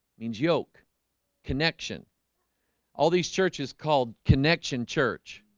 means yoke connection all these churches called connection church.